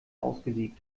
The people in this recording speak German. ausgesiebt